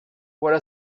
voilà